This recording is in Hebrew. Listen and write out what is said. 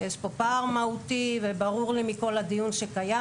יש כאן פער מהותי וזה ברור לי מכל הדיון שקיים